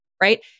Right